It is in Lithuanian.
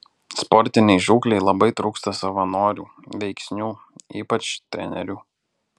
sportinei žūklei labai trūksta savanorių veiksnių ypač trenerių